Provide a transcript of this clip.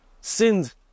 sinned